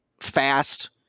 fast